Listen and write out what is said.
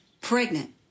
Pregnant